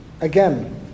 Again